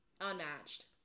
Unmatched